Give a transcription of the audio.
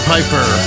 Piper